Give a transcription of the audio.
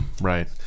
Right